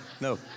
No